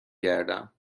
گردم